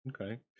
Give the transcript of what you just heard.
Okay